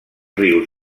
rius